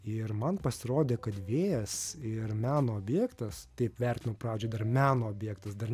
ir man pasirodė kad vėjas ir meno objektas taip vertinau pradžiai dar meno objektas dar